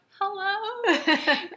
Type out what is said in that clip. Hello